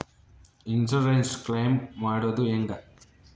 Insurance claim ಮಾಡೋದು ಹೆಂಗ?